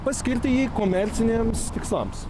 paskirti jį komerciniams tikslams